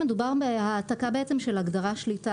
מדובר בהעתקה בעצם של ההגדרה "שליטה"